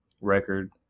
record